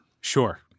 Sure